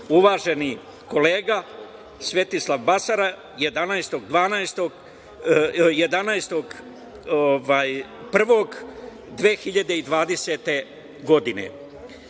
uvaženi kolega Svetislav Basara 11.1.2020. godine. Uvaženi